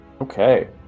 Okay